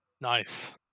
Nice